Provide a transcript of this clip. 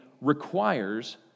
requires